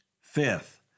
Fifth